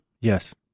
Yes